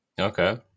Okay